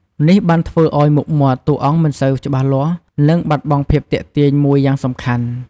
នេះបានធ្វើឱ្យមុខមាត់តួអង្គមិនសូវច្បាស់លាស់ និងបាត់បង់ភាពទាក់ទាញមួយយ៉ាងសំខាន់ ។